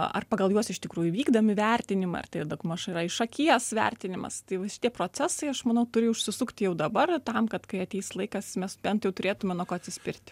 ar pagal juos iš tikrųjų vykdomi vertinimai ar tai daugmaž yra iš akies vertinimas tai va šitie procesai aš manau turi užsisukti jau dabar tam kad kai ateis laikas mes bent jau turėtume nuo ko atsispirti